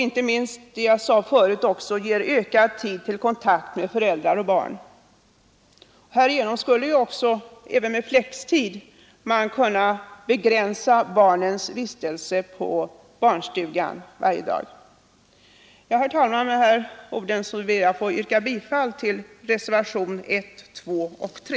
Inte minst ger det, som jag sade förut, ökad tid till kontakt mellan föräldrar och barn. Härigenom skulle man även med flextid kunna begränsa barnens vistelse på barnstuga varje dag. Herr talman! Med dessa ord ber jag att få yrka bifall till reservationerna 1,2 och 3.